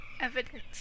evidence